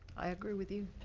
i agree with you.